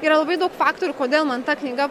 yra labai daug faktorių kodėl man ta knyga